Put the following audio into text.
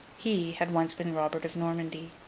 he had once been robert of normandy.